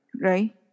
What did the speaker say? Right